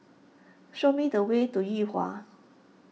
show me the way to Yuhua